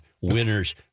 Winners